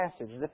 passage